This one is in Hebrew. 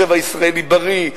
צבע ישראלי בריא,